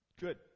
good